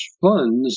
funds